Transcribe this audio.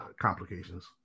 complications